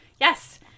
Yes